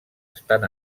estan